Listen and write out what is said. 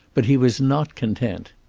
but he was not content.